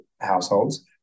households